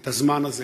את הזמן הזה.